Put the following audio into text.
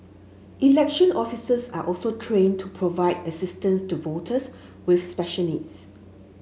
election officers are also trained to provide assistance to voters with special needs